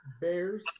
Bears